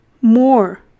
more